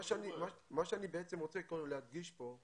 מה שאני רוצה להדגיש פה,